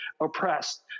oppressed